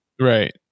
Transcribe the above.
right